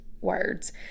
words